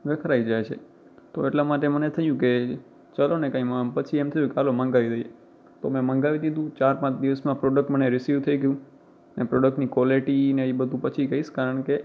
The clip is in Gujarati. વિખેરાઈ જાય છે તો એટલા માટે મને થયું કે ચાલોને કંઈ આમ પછી એમ થયું કે ચાલો મગાવી દઈએ તો મેં મગાવી દીધું ચાર પાંચ દિવસમાં પ્રોડ્કટ મને રિસીવ થઈ ગયું અને પ્રોડ્કટની કવૉલિટીને એ બધું પછી કહીશ કારણ કે